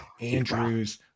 Andrews